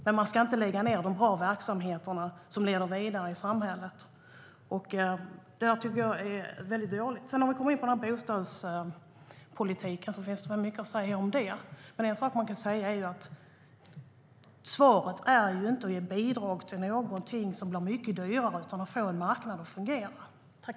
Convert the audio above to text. Man ska inte lägga ned bra verksamheter som leder vidare i samhället. Det är dåligt.